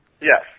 Yes